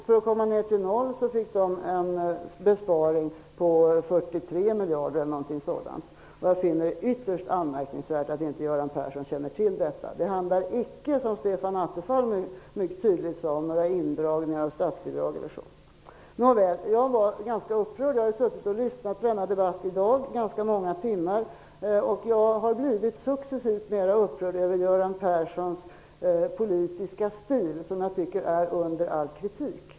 För att komma ner till noll fick man då en besparing på 43 miljarder eller någonting sådant. Jag finner det ytterst anmärkningsvärt att Göran Persson inte känner till detta. Det handlar icke -- som Stefan Attefall mycket tydligt sade -- om några indragningar av statsbidrag o.d. Nåväl, jag har suttit här ganska många timmar och lyssnat till dagens debatt, och jag har successivt blivit alltmer upprörd över Göran Perssons politiska stil, som jag tycker är under all kritik.